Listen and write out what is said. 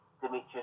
Demetrius